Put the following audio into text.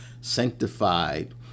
sanctified